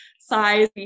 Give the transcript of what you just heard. size